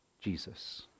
Jesus